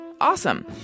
awesome